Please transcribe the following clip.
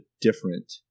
different